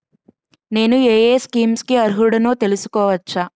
నేను యే యే స్కీమ్స్ కి అర్హుడినో తెలుసుకోవచ్చా?